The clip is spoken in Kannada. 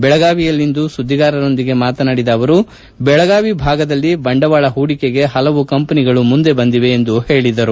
ಬೆಳಗಾವಿಯಲ್ಲಿಂದು ಸುದ್ದಿಗಾರರೊಂದಿಗೆ ಮಾತನಾಡಿದ ಅವರು ಬೆಳಗಾವಿ ಭಾಗದಲ್ಲಿ ಬಂಡವಾಳ ಪೂಡಿಕೆಗೆ ಪಲವು ಕಂಪನಿಗಳು ಮುಂದೆ ಬಂದಿವೆ ಎಂದು ಹೇಳಿದರು